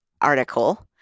article